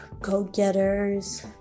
go-getters